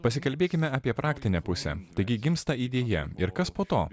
pasikalbėkime apie praktinę pusę taigi gimsta idėja ir kas po to